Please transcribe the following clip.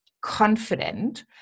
confident